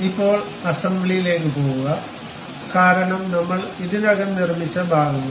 ഇപ്പോൾ അസംബ്ലിക്ക് പോകുക കാരണം നമ്മൾ ഇതിനകം നിർമ്മിച്ച ഭാഗങ്ങൾ